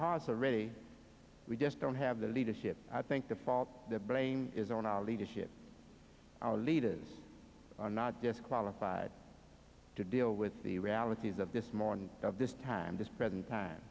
hearts are ready we just don't have the leadership i think the fault of the brain is on our leadership our leaders are not disqualified to deal with the realities of this morning of this time this present time